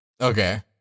Okay